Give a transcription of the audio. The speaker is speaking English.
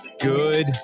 Good